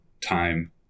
time